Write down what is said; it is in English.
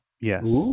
yes